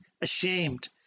ashamed